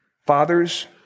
Fathers